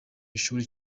ishuri